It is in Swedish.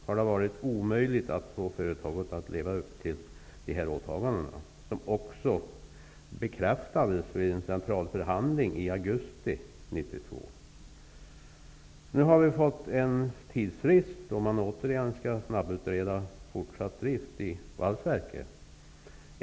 Det har varit omöjligt att få företaget att leva upp till dessa åtaganden, vilka också bekräftades vid en centralförhandling i augusti 1992. Vi har nu fått en tidsfrist, då man återigen skall snabbutreda fortsatt drift i valsverket.